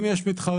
אם יש מתחרה.